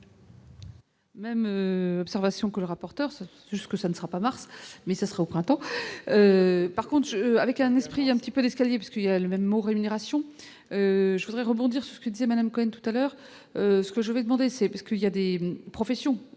Même sa ration que le rapporteur, c'est juste que ça ne sera pas mars mais ça sera au printemps par contre avec un esprit un petit peu l'escalier parce qu'il y a le même mot rémunération je voudrais rebondir sur ce que disait Madame Cohen tout à l'heure, ce que je vais demander, c'est parce que il y a des professions